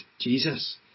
Jesus